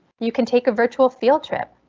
you can take a virtual field trip.